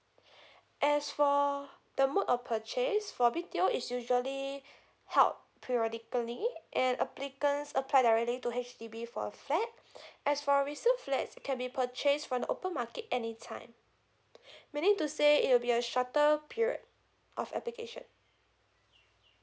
as for the mode of purchase for B_T_O is usually help periodically and applicants applied directly to H_D_B for the flat as for resale flats can be purchased from the open market any time meaning to say it will be a shorter period of application